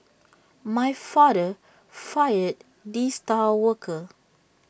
my father fired the star worker